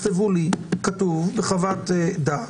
אני לא רוצה להשתמש במילה תקנות.